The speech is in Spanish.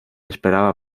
esperaba